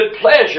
pleasure